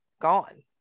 gone